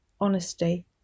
honesty